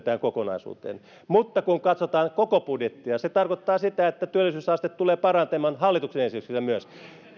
tähän kokonaisuuteen mutta kun katsotaan koko budjettia se tarkoittaa sitä että työllisyysaste tulee parantumaan hallituksen esityksellä myös